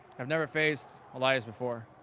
i've never faced elias before,